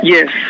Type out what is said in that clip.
Yes